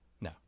No